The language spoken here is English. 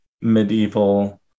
medieval